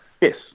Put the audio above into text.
Yes